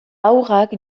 haurrak